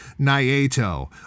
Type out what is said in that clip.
Naito